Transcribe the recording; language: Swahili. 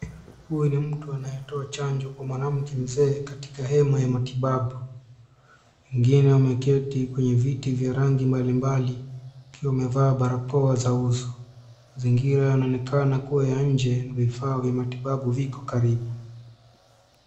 Huyu ni mtu anayetoa chamjo kwa mwanamke mzee katika hema ya matibabu wengine wameketi kwenye viti vya rangi mbalimbali wakiwa wamefaa barakoa za uso. Mazingira yanaonekana kuwa ya nje na vifaa vya matibabu viko karibu.